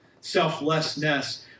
selflessness